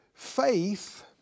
Faith